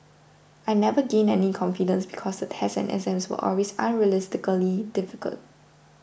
I never gained any confidence because the tests and exams were always unrealistically difficult